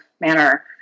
manner